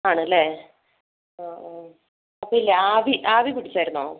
ആണല്ലേ ആ ആ അപ്പോഴില്ലേ ആവി ആവി പിടിച്ചായിരുന്നോ